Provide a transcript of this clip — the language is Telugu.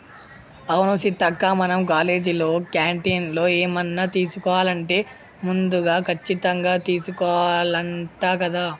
అవును సీతక్క మనం కాలేజీలో క్యాంటీన్లో ఏమన్నా తీసుకోవాలంటే ముందుగాల కచ్చితంగా తీసుకోవాల్నంట కదా